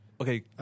Okay